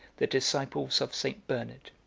the disciples of st. bernard.